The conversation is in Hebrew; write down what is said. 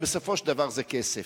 הלוא בסופו של דבר זה כסף,